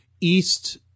East